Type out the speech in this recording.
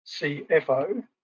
cfo